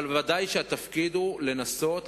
אבל ודאי שהתפקיד הוא לנסות,